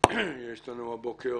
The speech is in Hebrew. הבוקר